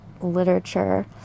literature